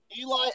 Eli